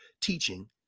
teaching